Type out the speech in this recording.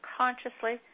consciously